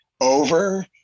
over